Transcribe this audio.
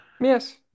Yes